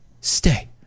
Stay